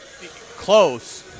close –